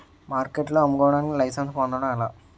మార్కెట్లో అమ్ముకోడానికి లైసెన్స్ పొందడం ఎలా?